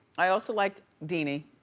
i also like deenie.